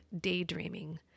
daydreaming